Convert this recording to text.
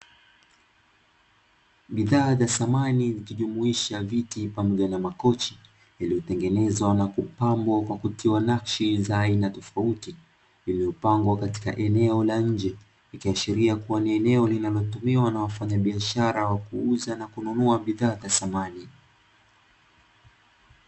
Bidhaa za samani zikijumuisha viti pamoja na makochi, vilivyotengenezwa na kupambwa kwa kutiwa nakshi za aina tofauti zilizopangwa katika eneo la nje, ikiashiria kuwa ni eneo linalotumiwa na wafanyabiashara wa kuuza na kununua bidhaa za samani.